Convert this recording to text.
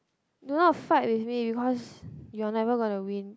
do not fight with me because you are never gonna win